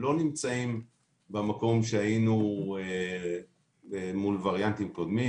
אנחנו לא נמצאים במקום שהיינו מול וריאנטים קודמים,